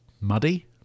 muddy